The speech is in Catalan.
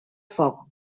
foc